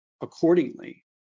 accordingly